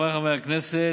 חבריי חברי הכנסת,